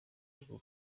bwo